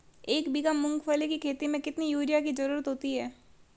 एक बीघा मूंगफली की खेती में कितनी यूरिया की ज़रुरत होती है?